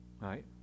right